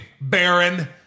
Baron